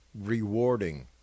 rewarding